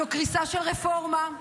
זאת קריסה של רפורמה,